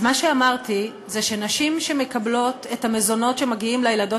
אז מה שאמרתי זה שנשים שמקבלות את המזונות שמגיעים לילדות